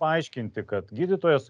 paaiškinti kad gydytojas